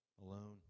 Alone